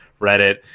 Reddit